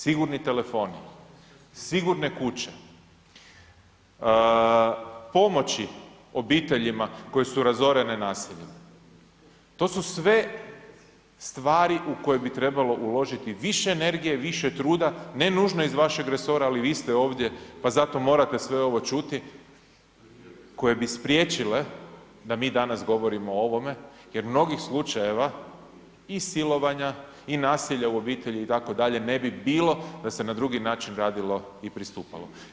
Sigurni telefoni, sigurne kuće, pomoći obiteljima koje su razorene nasiljem to su sve stvari u koje bi trebalo uložiti više energije, više truda, ne nužno iz vašeg resora, ali vi ste ovdje pa zato morate sve ovo čuti koje bi spriječile da mi danas govorimo o ovome jer mnogih slučajeva i silovanja i nasilja u obitelji itd., ne bi bilo da se na drugi način radio i pristupalo.